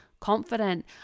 confident